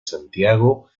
santiago